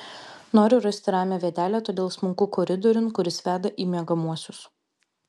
noriu rasti ramią vietelę todėl smunku koridoriun kuris veda į miegamuosius